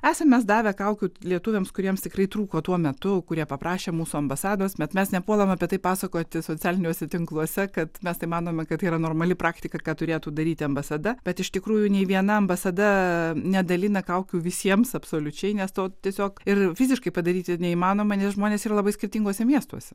esam mes davę kaukių lietuviams kuriems tikrai trūko tuo metu kurie paprašė mūsų ambasados bet mes nepuolam apie tai pasakoti socialiniuose tinkluose kad mes tai manome kad tai yra normali praktika ką turėtų daryti ambasada bet iš tikrųjų nei viena ambasada nedalina kaukių visiems absoliučiai nes to tiesiog ir fiziškai padaryti neįmanoma nes žmonės yra labai skirtinguose miestuose